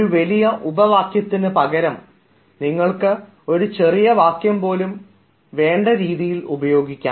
ഒരു വലിയ ഉപവാക്യത്തിനുപകരം നിങ്ങൾക്ക് ഒരു ചെറിയ വാക്യം പോലും വേണ്ട രീതിയിൽ ഉപയോഗിക്കാം